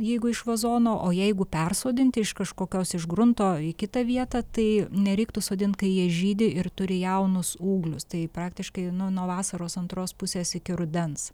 jeigu iš vazono o jeigu persodinti iš kažkokios iš grunto į kitą vietą tai nereiktų sodint kai jie žydi ir turi jaunus ūgnius tai praktiškai nu vasaros antros pusės iki rudens